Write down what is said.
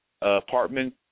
apartment